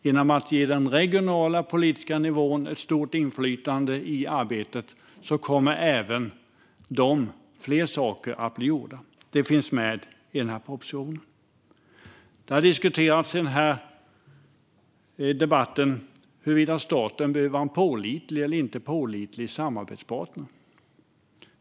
Genom att den regionala politiska nivån ges ett stort inflytande i arbetet kommer fler saker att bli gjorda. Detta finns med i den här propositionen. Det har diskuterats i denna debatt huruvida staten behöver ha en pålitlig eller inte pålitlig samarbetspartner.